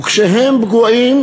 וכשהם פגועים,